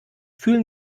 fühlen